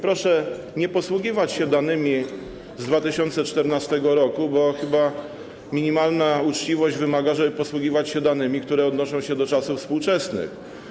Proszę nie posługiwać się danymi z 2014 r., bo chyba minimalna uczciwość wymaga, żeby posługiwać się danymi, które odnoszą się do czasów współczesnych.